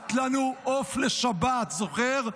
הבטחת לנו עוף לשבת, זוכר?